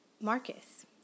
Marcus